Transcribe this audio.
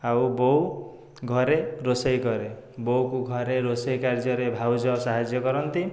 ଆଉ ବୋଉ ଘରେ ରୋଷେଇ କରେ ବୋଉକୁ ଘରେ ରୋଷେଇ କାର୍ଯ୍ୟରେ ଭାଉଜ ସାହାଯ୍ୟ କରନ୍ତି